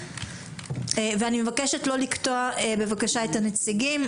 אני מבקשת לא לקטוע את הנציגים.